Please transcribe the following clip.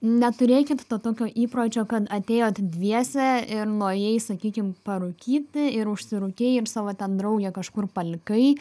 neturėkit to tokio įpročio kad atėjot dviese ir nuėjai sakykim parūkyti ir užsirūkei ir savo ten draugę kažkur palikai